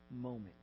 moment